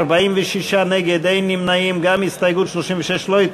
קבוצת סיעת העבודה,